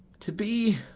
to be,